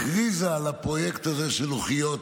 היא הכריזה על הפרויקט הזה של לוחיות,